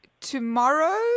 tomorrow